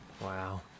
Wow